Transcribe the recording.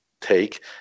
take